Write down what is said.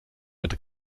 mit